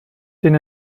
den